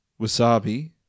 wasabi